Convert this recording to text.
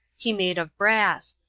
he made of brass,